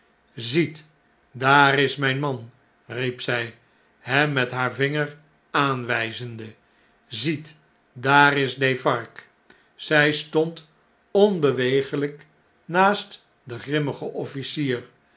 ziet daar is mfln man riep zjj hem met haar vinger aanwjjzende ziet daar is defarge zfl stond onbeweeglp naast den grimmigen officier